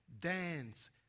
dance